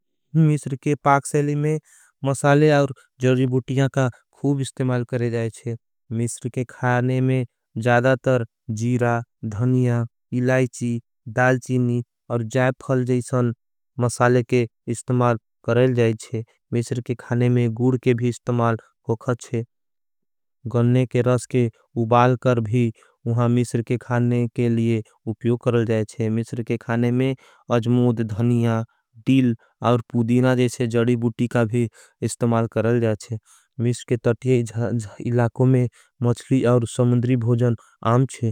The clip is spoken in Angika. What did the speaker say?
मिस्र के पाक सेली में मसाले और जर्जी बुतियां का खूब। इस्तेमाल करे जाएच्छे मिस्र के खाने में जादातर जीरा धनिया। इलाईची दालचीनी और जैपफल जैसन मसाले के इस्तेमाल। करे जाएच्छे मिस्र के खाने में गुर के भी इस्तेमाल होखचे। गन्ने के रस के उबाल कर भी उहां मिस्र के खाने के लिए । उप्योगकरल जाएच्छे मिस्र के खाने में अजमोद, धनिया, दील। और पूदीना जैसे जर्जी बुति का भी इस्तेमाल करल जाएच्छे। मिस्र के तट्ये इलाकों में मच्ली और समुद्री भोजन आम छे।